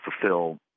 fulfill